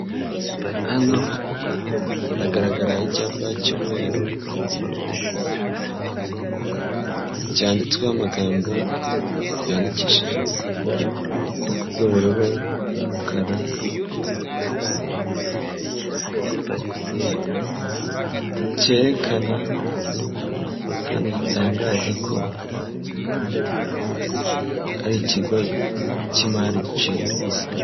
Hano haragaragara icyapa cy'umweru, cyanditsweho amagambo, yandikishije ibara ry'ubururu n'umukara, cyekana kandi bitangaza ko ari ikigo cy'imari giciriritse.